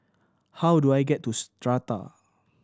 how do I get to Strata